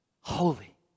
holy